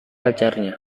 pacarnya